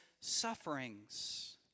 sufferings